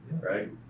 right